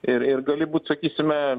ir ir gali būt sakysime